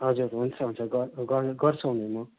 हजुर हुन्छ हुन्छ गर्छौँ नि म